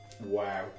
Wow